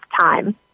time